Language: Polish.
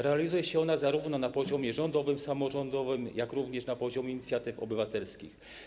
Realizuje się ona zarówno na poziomie rządowym, samorządowym, jak i na poziomie inicjatyw obywatelskich.